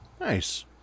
nice